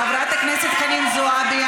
חברת הכנסת חנין זועבי,